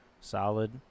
solid